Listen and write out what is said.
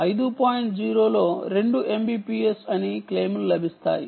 0 లో రెండు MBPS అని క్లెయిమ్లు లభిస్తాయి